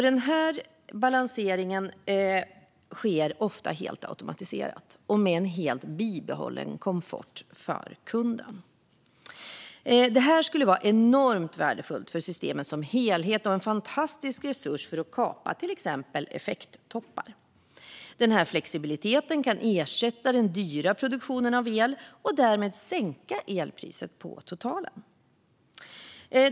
Denna balansering sker ofta helt automatiserat och med en helt bibehållen komfort för kunden. Det här skulle vara enormt värdefullt för systemet som helhet och en fantastisk resurs för att kapa till exempel effekttoppar. Flexibiliteten kan ersätta den dyra produktionen av el och därmed sänka elpriset på totalen.